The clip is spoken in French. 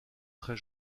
très